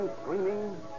Screaming